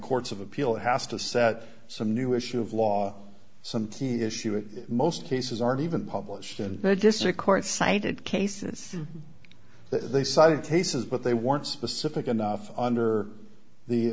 courts of appeal it has to set some new issue of law some t issue in most cases aren't even published and the district court cited cases they cited tases but they weren't specific enough under the